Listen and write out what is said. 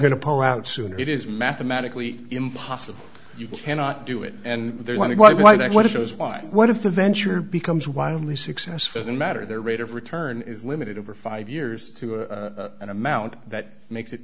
going to pull out sooner it is mathematically impossible you cannot do it and there's money why why not what it shows why what if the venture becomes wildly successful as a matter their rate of return is limited over five years to an amount that makes it